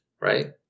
Right